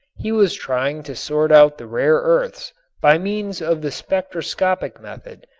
he was trying to sort out the rare earths by means of the spectroscopic method,